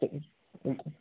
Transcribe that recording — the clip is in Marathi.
ठीक ओके